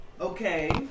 Okay